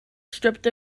stripped